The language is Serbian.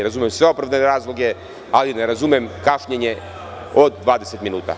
Razumem sve opravdane razloge, ali ne razumem kašnjenje od 20 minuta.